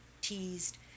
teased